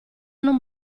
non